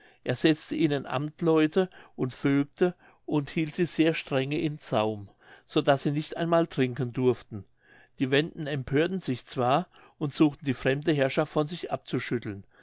er setzte ihnen amtleute und vögte und hielt sie sehr strenge in zaum so daß sie nicht einmal trinken durften die wenden empörten sich zwar und suchten die fremde herrschaft von sich abzuschütteln